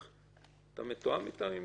אתה מתואם איתם?